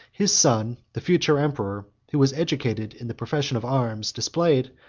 his son, the future emperor, who was educated in the profession of arms, displayed,